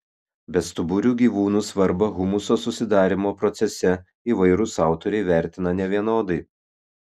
bestuburių gyvūnų svarbą humuso susidarymo procese įvairūs autoriai vertina nevienodai